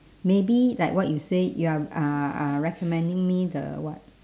maybe like what you say you are uh uh recommending me the what